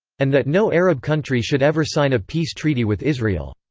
and that no arab country should ever sign a peace treaty with israel.